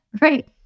right